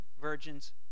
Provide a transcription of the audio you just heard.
virgins